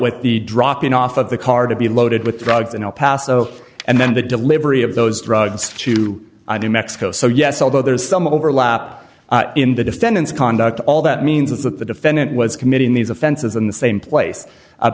with the dropping off of the car to be loaded with drugs in el paso and then the delivery of those drugs to new mexico so yes although there is some overlap in the defendant's conduct all that means is that the defendant was committing these offenses in the same place